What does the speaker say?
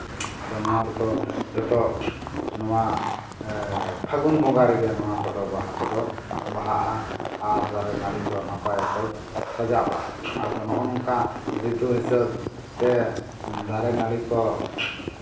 ᱟᱫᱚ ᱱᱚᱣᱟ ᱫᱚᱠᱚ ᱡᱚᱛᱚ ᱱᱚᱣᱟ ᱯᱷᱟᱹᱜᱩᱱ ᱵᱚᱸᱜᱟ ᱨᱮᱜᱮ ᱱᱚᱣᱟ ᱠᱚᱫᱚ ᱵᱟᱦᱟ ᱠᱚᱫᱚ ᱵᱟᱦᱟᱜᱼᱟ ᱟᱨ ᱫᱟᱨᱮᱼᱱᱟᱹᱲᱤ ᱠᱚ ᱱᱟᱯᱟᱭ ᱚᱠᱚᱡ ᱥᱟᱡᱟᱜᱼᱟ ᱟᱫᱚ ᱱᱚᱜᱼᱚ ᱱᱚᱝᱠᱟ ᱨᱤᱛᱩ ᱦᱤᱥᱟᱹᱵᱛᱮ ᱫᱟᱨᱮᱼᱱᱟᱹᱲᱤ ᱠᱚ